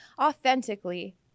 authentically